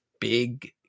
big